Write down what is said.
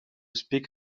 speak